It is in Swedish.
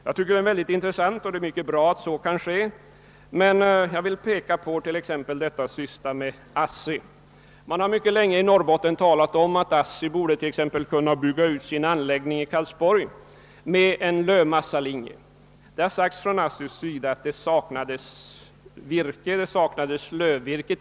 Jag tycker det är intressant och bra om så kan ske, men jag vill säga några ord om en sak som gäller ASSI. Det har länge i Norrbotten talats om att ASSI borde kunna bygga ut sin anläggning i Karlsborg med en lövmassa linje. Från ASSI:s sida har då sagts att det saknades lövvirke.